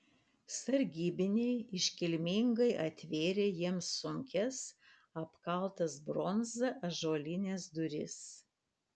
sargybiniai iškilmingai atvėrė jiems sunkias apkaltas bronza ąžuolines duris